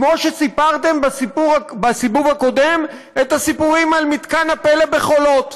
כמו שסיפרתם בסיבוב הקודם את הסיפורים על מתקן הפלא בחולות,